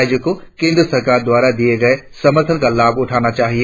राज्य को केंद्र सरकार द्वारा दिए गए समर्थन का लाभ उठाने चाहिए